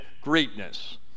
greatness